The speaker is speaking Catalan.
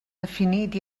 definit